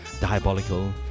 diabolical